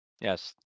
Yes